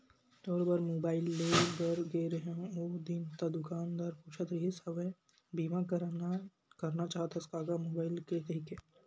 तोर बर मुबाइल लेय बर गे रेहें हव ओ दिन ता दुकानदार पूछत रिहिस हवय बीमा करना चाहथस का गा मुबाइल के कहिके